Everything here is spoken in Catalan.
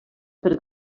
per